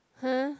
!huh!